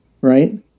right